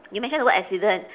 you mention the word accident